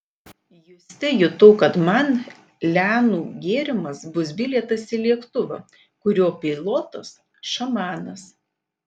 juste jutau kad man lianų gėrimas bus bilietas į lėktuvą kurio pilotas šamanas